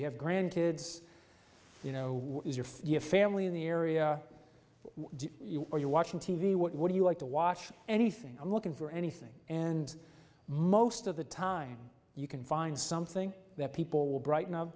you have grandkids you know what is your for your family in the area where you are you watching t v what do you like to watch anything i'm looking for anything and most of the time you can find something that people will brighten up